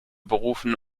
berufen